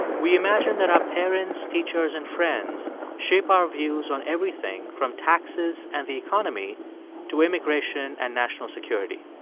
we imagine that our parents, teachers and friends shape our views on everything, from taxes and the economy to immigration and national security.